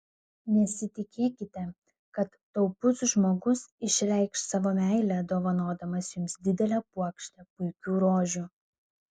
nesitikėkite kad taupus žmogus išreikš savo meilę dovanodamas jums didelę puokštę puikių rožių